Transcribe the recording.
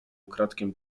ukradkiem